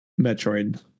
Metroid